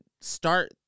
start